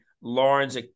Lawrence